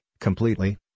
completely